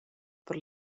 per